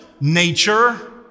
nature